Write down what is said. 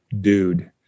dude